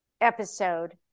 episode